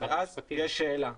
ואז יש שאלה,